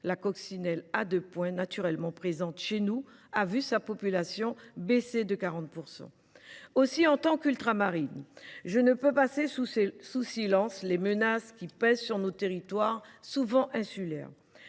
points, naturellement présente chez nous, a vu sa population baisser de 40 %. En tant qu’Ultramarine, je ne peux pas passer sous silence les menaces qui pèsent sur nos territoires souvent insulaires.